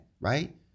right